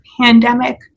pandemic